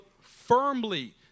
firmly